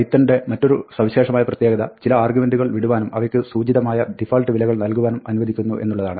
പൈത്തണിന്റെ മറ്റൊരു സവിശേഷമായ പ്രത്യേകത ചില ആർഗ്യുമെന്റുകൾ വിടുവാനും അവയ്ക്ക് സൂചിതമായ ഡിഫാൾട്ട് വിലകൾ നൽകുവാനും അനുവദിക്കുന്നു എന്നുള്ളതാണ്